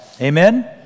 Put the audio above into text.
Amen